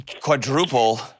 Quadruple